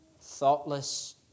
thoughtless